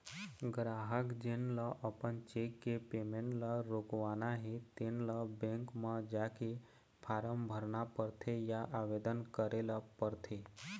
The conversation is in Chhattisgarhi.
गराहक जेन ल अपन चेक के पेमेंट ल रोकवाना हे तेन ल बेंक म जाके फारम भरना परथे या आवेदन करे ल परथे